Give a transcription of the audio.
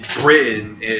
Britain